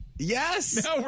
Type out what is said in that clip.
Yes